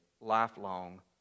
lifelong